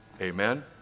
amen